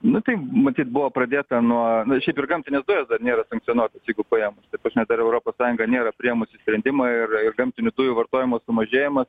nu tai matyt buvo pradėta nuo na ir šiaip ir gamtinės dujos nėra sankcionuotos jeigu paėmus ta prasme dar europos sąjunga nėra priėmusi sprendimą ir ir gamtinių dujų vartojimo sumažėjimas